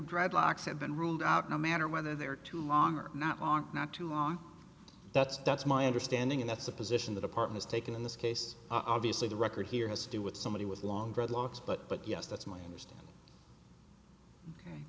dreadlocks have been ruled out no matter whether they're too long or not are not too long that's that's my understanding and that's the position that apartness taken in this case obviously the record here has to do with somebody with long dreadlocks but but yes that's my understanding